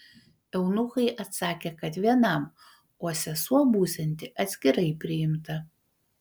eunuchai atsakė kad vienam o sesuo būsianti atskirai priimta